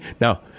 Now